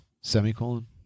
Semicolon